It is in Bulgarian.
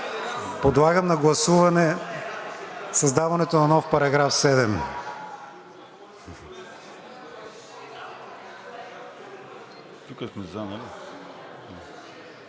Подлагам на гласуване създаването на нов § 5.